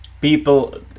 People